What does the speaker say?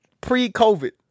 pre-COVID